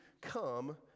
come